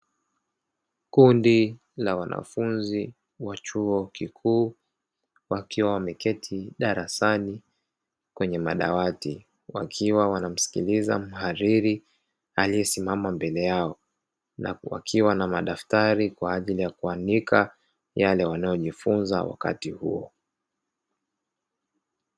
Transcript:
Kundi la wanafunzi wa chuo kikuu wakiwa wameketi darasani kwenye madawati, wakiwa wanamsikiliza mhadhiri aliyesimama mbele yao, na huku wakiwa na madaftari kwa ajili ya kuandika yale wanayojifunza wakati huo.